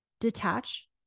detach